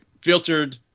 filtered